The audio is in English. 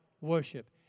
worship